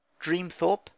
Dreamthorpe